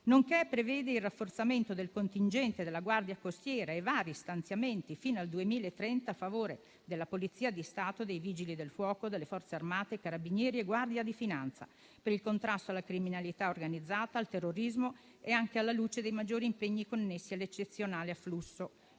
inoltre il rafforzamento del contingente della Guardia costiera e vari stanziamenti fino al 2030 a favore di Polizia di Stato, Vigili del fuoco, Forze armate, Carabinieri e Guardia di finanza per il contrasto alla criminalità organizzata, al terrorismo e anche alla luce dei maggiori impegni connessi all'eccezionale flusso